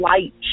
light